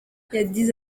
yagize